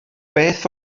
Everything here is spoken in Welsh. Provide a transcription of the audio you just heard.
beth